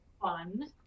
fun